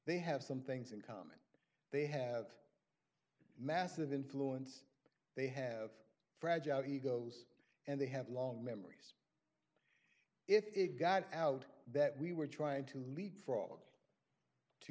they have some things in common they have massive influence they have fragile egos and they have long memories if it got out that we were trying to leap frog to